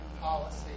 policy